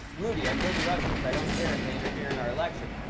rudy, i told the russians i don't care if they interfere in our election.